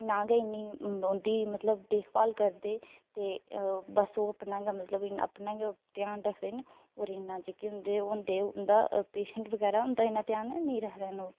ना गै इ'न्नी होंदी मतलब देख भाल करदे ते बस ओह् अपना गै मतलब अपना गै इ'यां ध्यान रखदे न होर इ'न्ना जेह्के होंदे ओह् होंदे न उं'दा पेशेंट बगैरा होंदा इ'न्ना ध्यान नेईं रखदे हैन ओह्